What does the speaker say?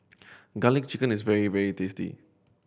Garlic Chicken is very very tasty